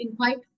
invite